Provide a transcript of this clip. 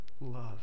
love